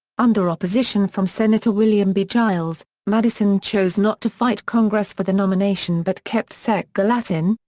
under opposition from sen. william b. giles, madison chose not to fight congress for the nomination but kept sec. gallatin,